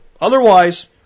otherwise